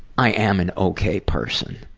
i am an okay person.